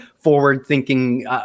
forward-thinking